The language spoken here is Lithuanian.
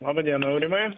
laba diena aurimai